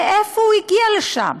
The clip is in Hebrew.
מאיפה הוא הגיע לשם?